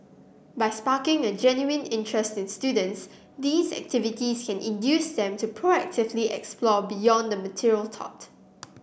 by sparking a genuine interest in students these activities can induce them to proactively explore beyond the material taught